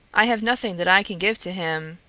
i have nothing that i can give to him,